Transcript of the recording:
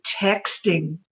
texting